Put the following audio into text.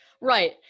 Right